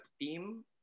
team